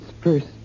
first